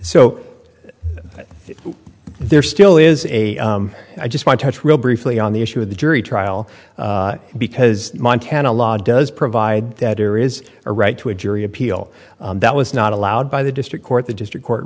so there still is a i just want to touch real briefly on the issue of the jury trial because montana law does provide that there is a right to a jury appeal that was not allowed by the district court the district court